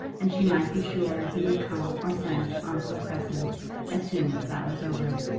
and she might be sure he would come or send to onslow crescent as soon as that was over.